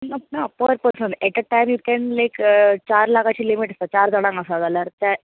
ना per person at a time you can like चार लाख आशिल्ले चार जाणांक आसा जाल्यार